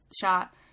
shot